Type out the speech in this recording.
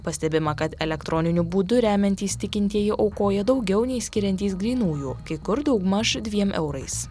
pastebima kad elektroniniu būdu remiantys tikintieji aukoja daugiau nei skiriantys grynųjų kai kur daugmaž dviem eurais